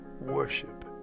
worship